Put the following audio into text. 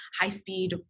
high-speed